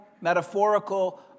metaphorical